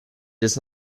does